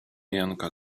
janka